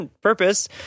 purpose